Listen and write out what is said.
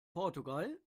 portugal